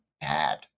bad